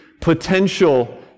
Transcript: potential